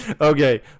okay